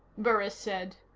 burris said.